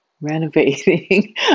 renovating